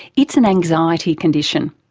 it's an anxiety condition.